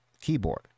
keyboard